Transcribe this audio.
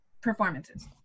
performances